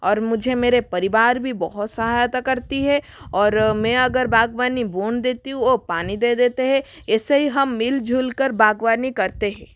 और मुझे मेरे परिवार भी बहुत सहायता करती है और मैं अगर बागवानी बो देती हूँ वो पानी दे देते है ऐसे ही हम मिलजुल कर बागवानी करते हैं